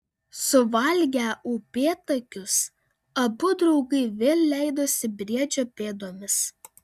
suvalgę upėtakius abu draugai vėl leidosi briedžio pėdomis